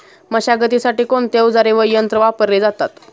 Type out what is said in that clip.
मशागतीसाठी कोणते अवजारे व यंत्र वापरले जातात?